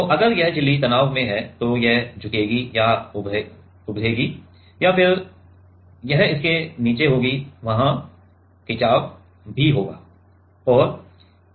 तो अगर यह झिल्ली तनाव में है तो यह झुकेगी या उभारेगी और फिर यह इसके नीचे होगीवहा खिंचाव भी होगा